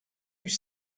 sénat